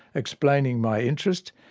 explaining my interest,